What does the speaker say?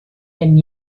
and